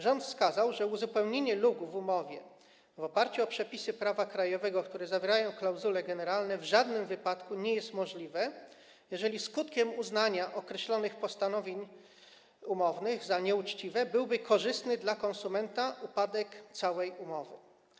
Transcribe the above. Rząd wskazał, że uzupełnienie luk w umowie w oparciu o przepisy prawa krajowego, które zawierają klauzule generalne, w żadnym wypadku nie jest możliwe, jeżeli skutkiem uznania określonych postanowień umownych za nieuczciwe byłby korzystny dla konsumenta upadek całej umowy.